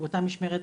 באותה משמרת,